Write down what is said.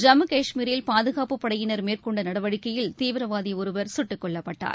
ஜம்மு கஷ்மீரில் பாதுகாப்புப் படையினர் மேற்கொண்ட நடவடிக்கையில் தீவிரவாதி ஒருவர் சுட்டுக் கொல்லப்பட்டார்